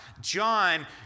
John